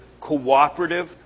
cooperative